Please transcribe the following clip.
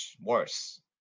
Worse